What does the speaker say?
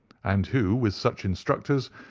and who, with such instructors,